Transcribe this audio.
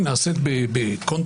היא נעשית בקונטקסט,